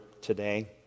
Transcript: today